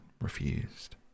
refused